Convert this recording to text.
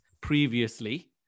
previously